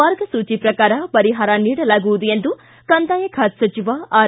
ಮಾರ್ಗಸೂಜಿ ಪ್ರಕಾರ ಪರಿಹಾರ ನೀಡಲಾಗುವುದು ಎಂದು ಕಂದಾಯ ಖಾತೆ ಸಚಿವ ಆರ್